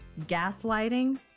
gaslighting